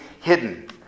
hidden